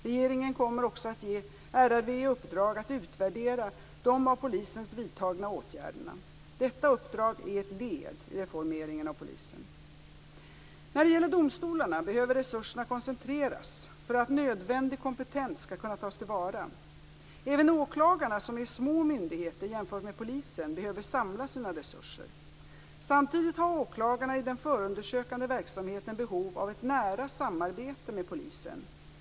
Regeringen kommer också att ge RRV i uppdrag att utvärdera de av polisen vidtagna åtgärderna. Detta uppdrag är ett led i reformeringen av polisen. När det gäller domstolarna behöver resurserna koncentreras för att nödvändig kompetens skall kunna tas till vara. Även åklagarna, som är små myndigheter jämfört med polisen, behöver samla sina resurser. Samtidigt har åklagarna i den förundersökande verksamheten behov av ett nära samarbete med polisen.